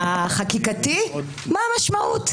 החקיקתי מה המשמעות.